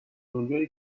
اونجایی